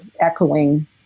echoing